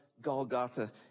golgotha